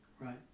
Right